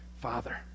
Father